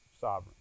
sovereign